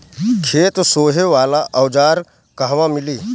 खेत सोहे वाला औज़ार कहवा मिली?